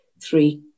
three